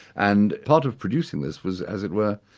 and part of producing this was as it were,